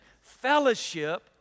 fellowship